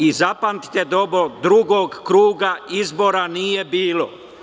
I, zapamtite dobro, drugog kruga izbora nije bilo.